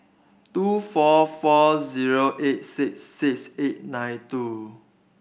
two four four zero eight six six eight nine two